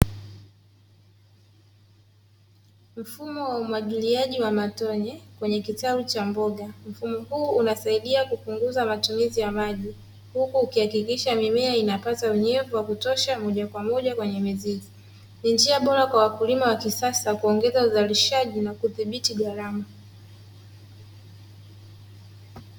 Mfumo wa umwagiliaji wa matone kwenye kitalu cha mboga. Mfumo huu unasaidia kupunguza matumizi ya maji huku ukihakikisha mimea inapata unyevu wa kutosha moja kwa moja kwenye mizizi, ni njia bora kwa wakulima wa kisasa kuongeza uzalishaji na kudhibiti ghalama.